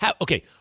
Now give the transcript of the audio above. Okay